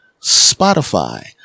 Spotify